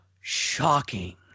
Shocking